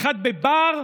אחד בבר,